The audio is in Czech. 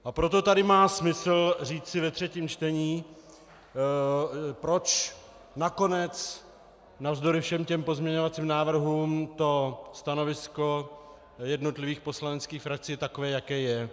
A proto tady má smysl říci ve třetím čtení, proč nakonec navzdory všem těm pozměňovacím návrhům to stanovisko jednotlivých frakcí takové, jaké je.